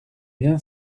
bien